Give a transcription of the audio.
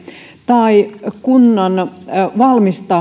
tai kunnan valmis